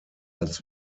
als